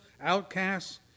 outcasts